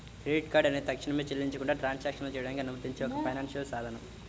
credit card అనేది తక్షణమే చెల్లించకుండా ట్రాన్సాక్షన్లు చేయడానికి అనుమతించే ఒక ఫైనాన్షియల్ సాధనం